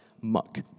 muck